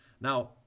now